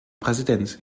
präsident